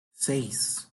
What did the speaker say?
seis